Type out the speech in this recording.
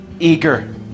eager